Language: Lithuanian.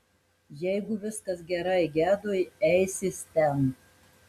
jeigu viskas gerai gedui eisis ten